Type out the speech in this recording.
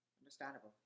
understandable